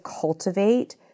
cultivate